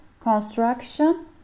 construction